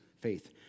faith